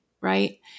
right